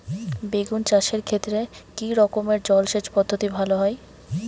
বেগুন চাষের ক্ষেত্রে কি রকমের জলসেচ পদ্ধতি ভালো হয়?